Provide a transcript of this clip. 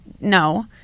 no